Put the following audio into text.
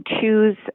choose